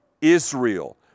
Israel